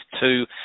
two